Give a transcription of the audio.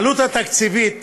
העלות התקציבית